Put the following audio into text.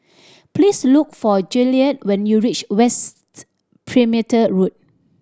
please look for Juliet when you reach West's Perimeter Road